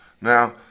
Now